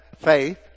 faith